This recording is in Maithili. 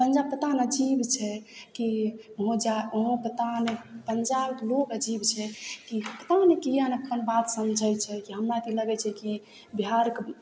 पंजाब पता ने अजीब छै कि उहो जा उहो पता नहि पंजाबके लोक अजीब छै की पताने किएक ने अप्पन बात समझय छै कि हमरा तऽ ई लगय छै कि बिहारके